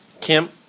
Kim